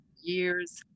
years